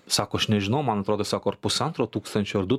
sako aš nežinau man atrodo sako ar pusantro tūkstančio ar du